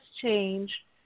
change